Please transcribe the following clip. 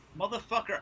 motherfucker